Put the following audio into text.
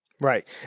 Right